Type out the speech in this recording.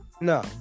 No